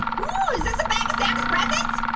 ooh, is this a bag of santa's presents?